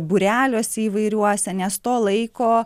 būreliuose įvairiuose nes to laiko